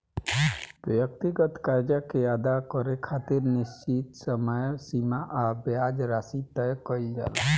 व्यक्तिगत कर्जा के अदा करे खातिर निश्चित समय सीमा आ ब्याज राशि तय कईल जाला